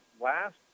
last